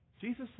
Jesus